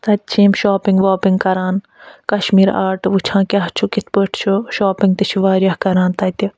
تَتہِ چھِ یِم شاپِنٛگ واپِنٛگ کران کشمیٖر آرٹ وٕچھان کیٛاہ چھُ کِتھ پٲٹھۍ چھُ شاپِنٛگ تہِ چھِ واریاہ کران تَتہِ